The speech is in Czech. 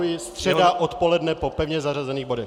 Opakuji středa odpoledne po pevně zařazených bodech.